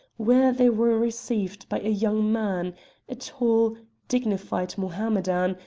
where they were received by a young man a tall, dignified mohammedan,